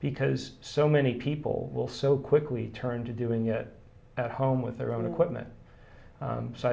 because so many people will so quickly turn to doing it at home with their own equipment so i